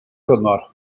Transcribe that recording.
gyngor